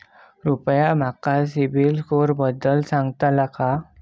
कृपया माका सिबिल स्कोअरबद्दल सांगताल का?